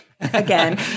again